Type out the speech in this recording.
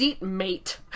mate